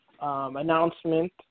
announcement